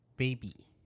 baby